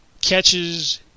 catches